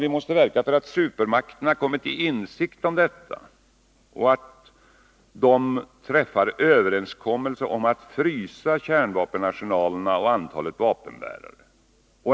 Vi måste verka för att supermakterna kommer till insikt om detta och träffar överenskommelse om att frysa kärnvapenarsenalerna och antalet vapenbärare.